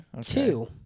Two